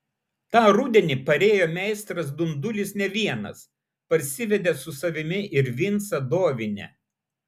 tą rudenį parėjo meistras dundulis ne vienas parsivedė su savimi ir vincą dovinę